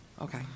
Okay